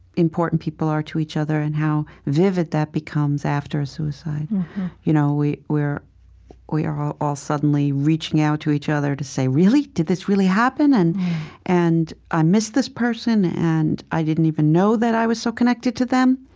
important people are to each other and how vivid that becomes after a suicide you know mm-hmm we're we're all all suddenly reaching out to each other to say, really? did this really happen? and and i miss this person, and i didn't even know that i was so connected to them.